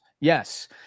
yes